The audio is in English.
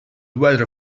weather